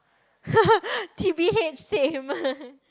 t_b_h same